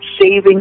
saving